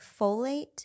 folate